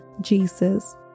Jesus